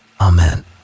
Amen